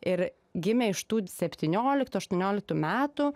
ir gimė iš tų septynioliktų aštuonioliktų metų